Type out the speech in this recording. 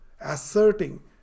asserting